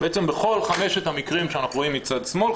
בעצם בכל חמשת המקרים שאנחנו רואים בצד שמאל,